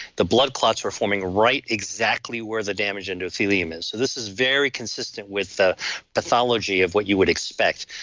the blood clots were forming right exactly where the damage endothelium is this is very consistent with the pathology of what you would expect.